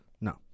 No